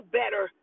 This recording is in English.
better